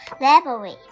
library